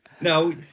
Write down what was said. No